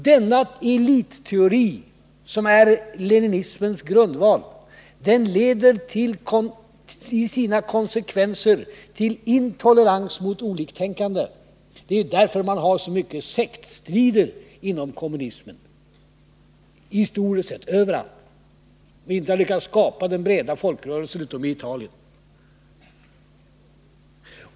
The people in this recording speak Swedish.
Denna elitteori, som är leninismens grundval, leder i sina konsekvenser till intolerans mot oliktänkande. Det är därför man har så mycket sektstrider inom kommunismen historiskt sett, överallt, och inte har lyckats skapa den breda folkrörelsen, utom i Italien.